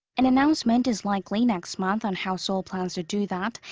an announcement is likely next month. on how seoul plans to do that.